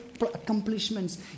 accomplishments